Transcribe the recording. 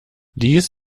dies